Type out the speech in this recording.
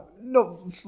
no